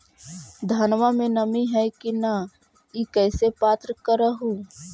धनमा मे नमी है की न ई कैसे पात्र कर हू?